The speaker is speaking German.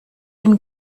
dem